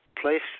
place